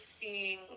seeing